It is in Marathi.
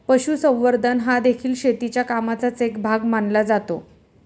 पशुसंवर्धन हादेखील शेतीच्या कामाचाच एक भाग मानला जातो